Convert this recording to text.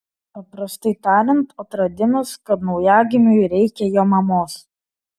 paprastai tariant atradimas kad naujagimiui reikia jo mamos